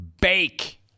bake